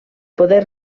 poder